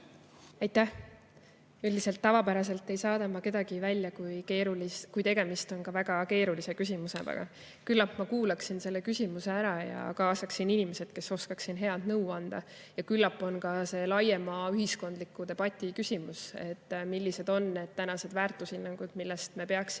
Aitäh! Üldiselt tavapäraselt ei saada ma kedagi välja, isegi kui tegemist on väga keerulise küsimusega. Küllap ma kuulaksin selle küsimuse ära ja kaasaksin inimesed, kes oskaksid head nõu anda. Ja küllap on ka see laiema ühiskondliku debati küsimus, millised on tänapäevased väärtushinnangud, millest me peaksime